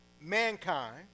mankind